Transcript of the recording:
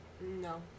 No